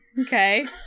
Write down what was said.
okay